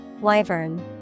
Wyvern